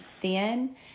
thin